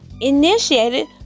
initiated